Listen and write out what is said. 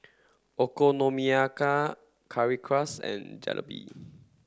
Okonomiyaki Currywurst and Jalebi